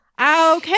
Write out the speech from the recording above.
Okay